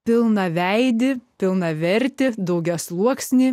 pilnaveidį pilnavertį daugiasluoksnį